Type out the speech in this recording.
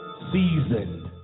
seasoned